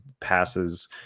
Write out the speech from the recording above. passes